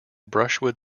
brushwood